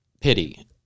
pity